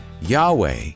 Yahweh